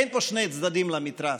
אין פה שני צדדים למתרס,